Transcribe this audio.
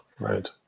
Right